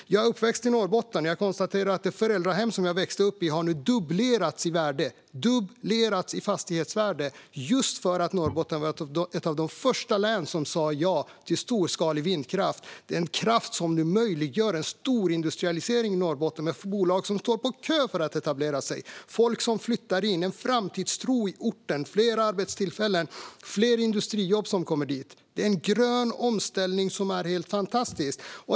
Jag är uppväxt i Norrbotten, och jag konstaterar att det föräldrahem som jag växte upp i nu har dubblerats i fastighetsvärde just för att Norrbotten var ett av de första län som sa ja till storskalig vindkraft, den kraft som nu möjliggör en stor industrialisering i Norrbotten med bolag som står på kö för att etablera sig. Folk flyttar in, och det finns en framtidstro i orten. Fler arbetstillfällen och fler industrijobb kommer dit. Det är en grön omställning som är helt fantastisk.